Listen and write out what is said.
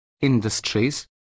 industries